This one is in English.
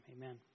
Amen